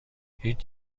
هیچ